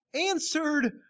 answered